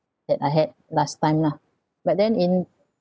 that I had last time lah but then in